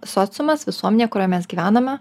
sociumas visuomenė kurio mes gyvename